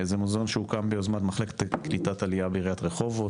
זה מוזיאון שהוקם ביוזמת מחלקת קליטת עלייה בעיריית רחובות,